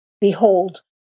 Behold